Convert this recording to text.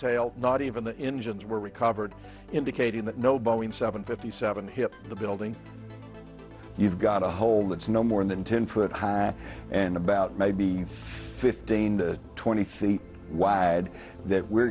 tail not even the engines were recovered indicating that no boeing seven fifty seven hit the building you've got a hole that's no more than ten foot high and about maybe fifteen to twenty feet wide that we're